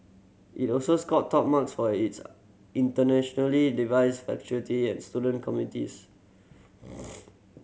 it also scored top marks for its internationally diverse faculty and student communities